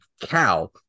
cow